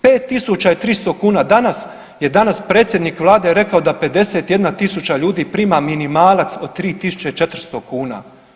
5 300 kuna, danas je danas predsjednik Vlade rekao da 51 000 tisuća ljudi prima minimalac od 3400 kuna.